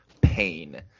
pain